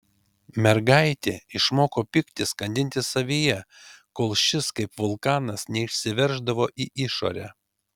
mergaitė išmoko pyktį skandinti savyje kol šis kaip vulkanas neišsiverždavo į išorę